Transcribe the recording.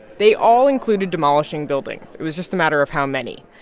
they all included demolishing buildings. it was just a matter of how many.